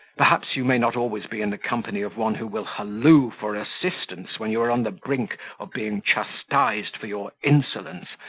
perhaps you may not always be in the company of one who will halloo for assistance when you are on the brink of being chastised for your insolence,